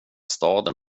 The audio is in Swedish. staden